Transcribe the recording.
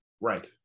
Right